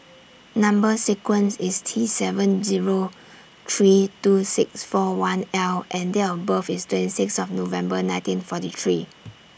Number sequence IS T seven Zero three two six four one L and Date of birth IS twenty six of November nineteen forty three